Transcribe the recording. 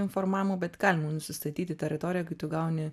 informavimo bet galime nusistatyti teritoriją kai tu gauni